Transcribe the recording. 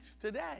today